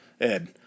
Ed